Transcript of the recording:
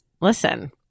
Listen